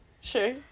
sure